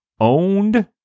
owned